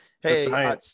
Hey